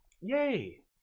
Yay